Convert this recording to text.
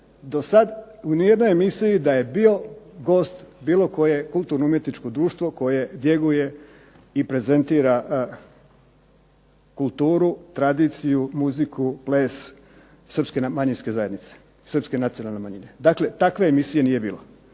dosad u nijednoj emisiji da je bio gost bilo koje kulturno-umjetničko društvo koje njeguje i prezentira kulturu, tradiciju, muziku, ples srpske manjinske zajednice, srpske nacionalne manjine. Dakle, takve emisije nije bilo.